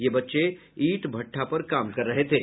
ये बच्चे ईट भट्ठा पर काम कर रहे थे